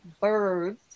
birds